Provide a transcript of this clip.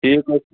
ٹھیٖک حظ چھُ